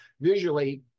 visually